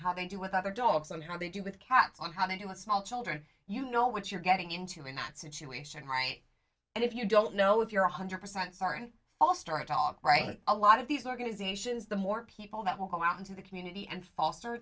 how they do with other dogs on how they deal with cats on how to do with small children you know what you're getting into in that situation and if you don't know if you're one hundred percent certain all started all right a lot of these organizations the more people that will go out into the community and f